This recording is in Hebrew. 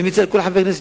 אני מציע לכל חבר הכנסת,